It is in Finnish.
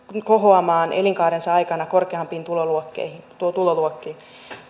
kohoamaan elinkaarensa aikana korkeampiin tuloluokkiin